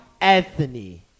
Anthony